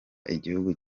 igihugu